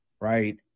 right